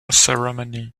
ceremony